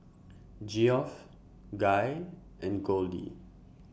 Geoff Guy and Goldie